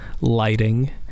lighting